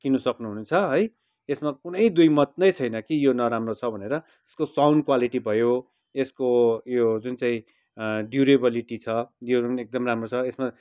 किन्न सक्नुहुन्छ है यसमा कुनै दुई मत नै छैन कि यो नराम्रो छ भनेर यसको साउन्ड क्वालिटी भयो यसको यो जुन चाहिँ ड्युरेबलिटी छ योहरू पनि एकदम राम्रो छ यसमा